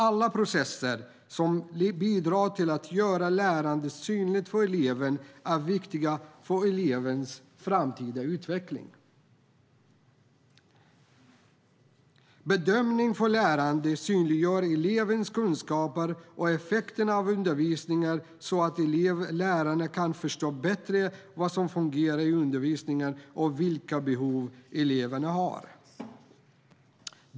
Alla processer som bidrar till att göra lärandet synligt för eleven är viktiga för elevens framtida utveckling. Bedömning för lärande synliggör elevens kunskaper och effekterna av undervisningen så att lärarna kan förstå bättre vad som fungerar i undervisningen och vilka behov eleverna har.